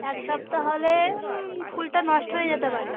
এক সপ্তাহ হলে ফুলটা নষ্ট হয়ে যেতে পারে